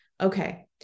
Okay